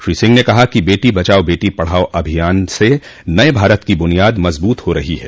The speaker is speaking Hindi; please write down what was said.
श्री सिंह ने कहा कि बेटी बचाओ बेटी पढाओ अभियान से नये भारत की बुनियाद मजबूत हो रही है